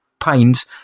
pains